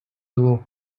duo